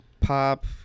pop